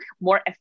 more